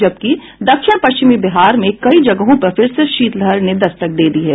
जबकि दक्षिण पश्चिमी बिहार में कई जगहों पर फिर से शीतलहर ने दस्तक दे दी है